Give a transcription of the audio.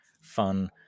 fun